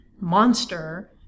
monster